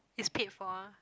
it's paid for ah